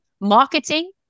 marketing